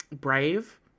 brave